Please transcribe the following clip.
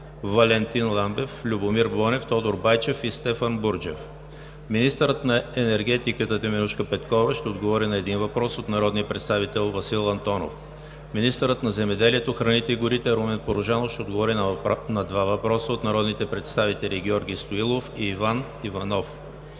Валентин Ламбев; Любомир Бонев; Тодор Байчев; и Стефан Бурджев. Министърът на енергетиката Теменужка Петкова ще отговори на един въпрос от народния представител Васил Антонов. Министърът на земеделието, храните и горите Румен Порожанов ще отговори на два въпроса от народните представители Георги Стоилов; и Иван